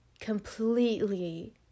completely